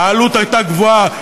העלות הייתה גבוהה.